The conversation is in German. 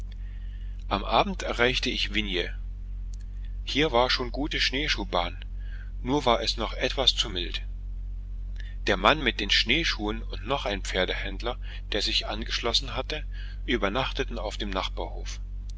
am abend erreichte ich vinje hier war schon gute schneeschuhbahn nur war es noch etwas zu mild der mann mit den schneeschuhen und noch ein pferdehändler der sich angeschlossen hatte übernachteten auf dem nachbarhof